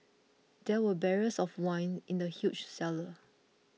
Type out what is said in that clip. there were barrels of wine in the huge cellar